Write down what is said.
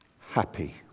happy